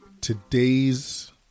Today's